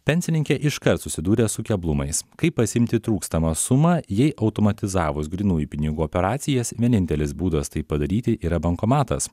pensininkė iškart susidūrė su keblumais kaip pasiimti trūkstamą sumą jei automatizavus grynųjų pinigų operacijas vienintelis būdas tai padaryti yra bankomatas